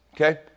okay